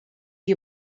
you